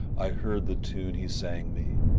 i heard the tune he sang me,